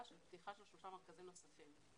על פתיחה של שלושה מרכזים נוספים.